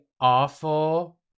awful